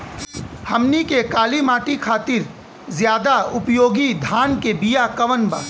हमनी के काली माटी खातिर ज्यादा उपयोगी धान के बिया कवन बा?